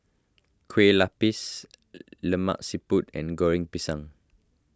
Kueh Lapis Lemak Siput and Goreng Pisang